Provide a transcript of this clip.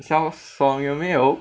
小爽有没有